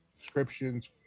descriptions